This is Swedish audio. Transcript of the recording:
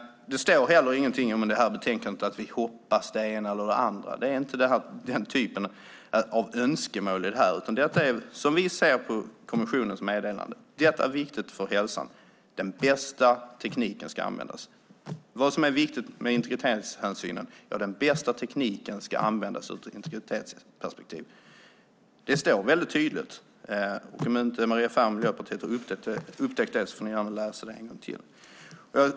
Det står heller ingenting i betänkandet om att vi hoppas det ena eller det andra. Det är inte den typen av önskemål här, utan detta är hur vi ser på kommissionens meddelande. Detta är viktigt för hälsan: Den bästa tekniken ska användas. Vad som är viktigt med integritetshänsynen är att den bästa tekniken ska användas utifrån integritetsperspektiv. Det står väldigt tydligt. Om inte Maria Ferm och Miljöpartiet har upptäckt det får ni gärna läsa det en gång till.